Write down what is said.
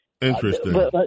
Interesting